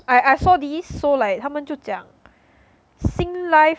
I I saw this so like 他们就讲 sing life